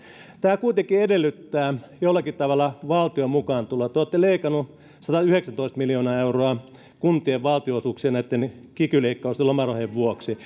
tämä kuitenkin edellyttää jollakin tavalla valtion mukaantuloa te olette leikanneet satayhdeksäntoista miljoonaa euroa kuntien valtionosuuksia näitten kiky leikkauksien ja lomarahojen vuoksi